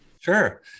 Sure